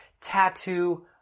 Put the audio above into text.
tattoo